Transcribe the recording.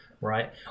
right